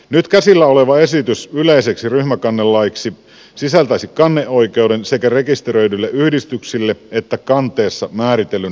nyt käsillä oleva esitys yleiseksi ryhmäkannelaiksi sisältäisi kanneoikeuden sekä rekisteröidyille yhdistyksille että kanteessa määritellyn ryhmän jäsenille